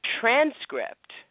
transcript